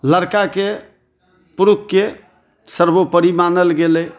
लड़काके पुरुषके सर्वोपरि मानल गेलै